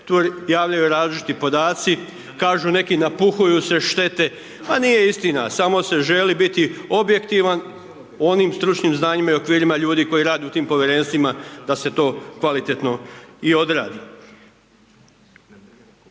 javljaju različiti podaci. Kažu neki, napuhuju se štete, a nije istina, samo se želi biti objektivan u onim stručnim znanjima ljudi koji rade u tim Povjerenstvima, da se to kvalitetno i odradi.